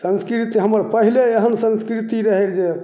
संस्कृति हमर पहिले एहन संस्कृति रहै रहै जे